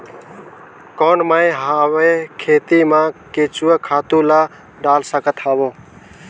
कौन मैं हवे खेती मा केचुआ खातु ला डाल सकत हवो?